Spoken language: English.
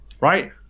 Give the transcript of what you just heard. right